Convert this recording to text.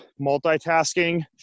multitasking